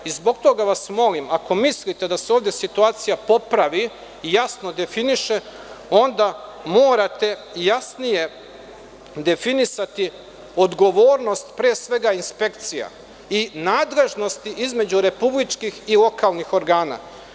I zbog toga vas molim, ako mislite da se ovde situacija popravi i jasno definiše, onda morate jasnije definisati odgovornost pre svega inspekcija i nadležnosti između republičkih i lokalnih organa.